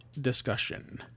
discussion